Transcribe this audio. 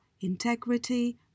integrity